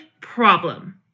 problem